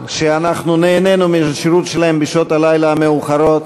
שנהנינו מהשירות שלהם בשעות הלילה המאוחרות.